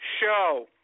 show